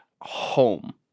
home